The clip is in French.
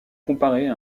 comparer